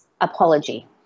apology